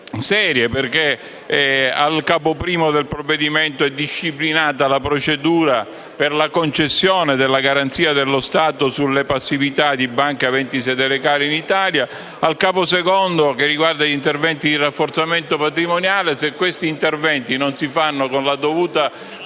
serie. Al Capo I del provvedimento è disciplinata la procedura per la concessione della garanzia dello Stato sulle passività di banche aventi sede legale in Italia. Il Capo II riguarda gli interventi di rafforzamento patrimoniale, e se questi interventi non si fanno con la dovuta